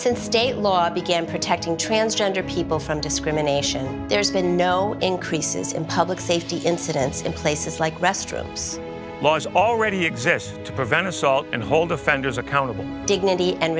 since state law began protecting transgender people from discrimination there's been no increases in public safety incidents in places like restaurants laws already exist to prevent assault and hold offenders accountable dignity and